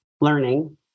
learning